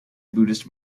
buddhist